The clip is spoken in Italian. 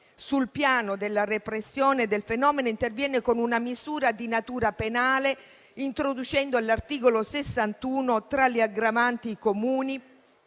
sul piano della repressione del fenomeno, interviene con una misura di natura penale, introducendo all'articolo 61 del codice